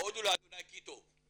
הודו לה' כי טוב.